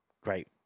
Great